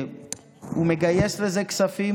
הוא מגייס לזה כספים,